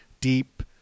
deep